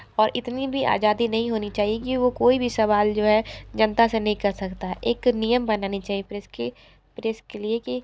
और इतनी भी आजादी नहीं होनी चाहिए कि कोई भी सवाल जो है जनता से नहीं कर सकता है एक नियम बनाने चाहिए प्रेस के प्रेस के लिए कि